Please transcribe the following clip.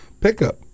pickup